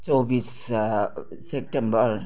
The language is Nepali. चौबिस सेप्टेम्बर